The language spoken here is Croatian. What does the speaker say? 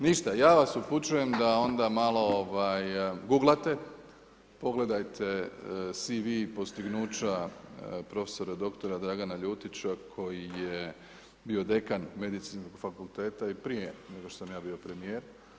Ništa, ja vas upućujem da onda malo guglate, pogledajte CV i postignuća prof.dr. Dragana Ljutića koji je bio dekan Medicinskog fakulteta i prije nego što sam ja bio premijer.